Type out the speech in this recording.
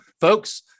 folks